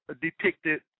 depicted